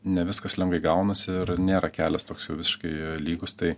ne viskas lengvai gaunasi ir nėra kelias toks jau visiškai lygus tai